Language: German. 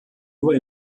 nur